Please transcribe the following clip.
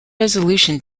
resolution